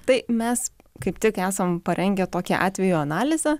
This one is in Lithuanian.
tai mes kaip tik esam parengę tokią atvejų analizę